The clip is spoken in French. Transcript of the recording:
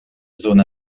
zone